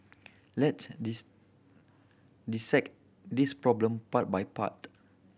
let's dis dissect this problem part by part